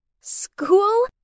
School